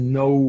no